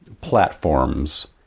platforms